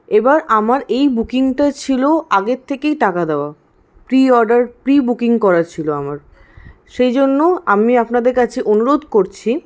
এবার আমার এই বুকিংটা ছিল আগের থেকেই টাকা দেওয়া প্রিঅর্ডার প্রিবুকিং করা ছিল আমার সেইজন্য আমি আপনাদের কাছে অনুরোধ করছি